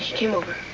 came over.